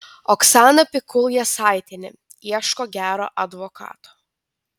oksana pikul jasaitienė ieško gero advokato